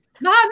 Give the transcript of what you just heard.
Mom